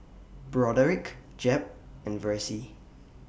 Broderick Jeb and Versie